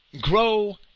grow